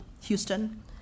Houston